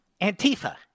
Antifa